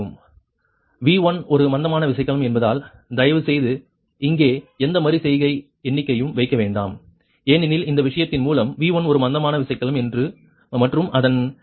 V2p11Y22P2 jQ2V2p Y21V1 Y23V3 Y24V4p V1 ஒரு மந்தமான விசைக்கலம் என்பதால் தயவுசெய்து இங்கே எந்த மறு செய்கை எண்ணையும் வைக்க வேண்டாம் ஏனெனில் இந்த விஷயத்தின் மூலம் V1 ஒரு மந்தமான விசைக்கலம் மற்றும் அதன் மின்னழுத்தம் 1